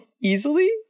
easily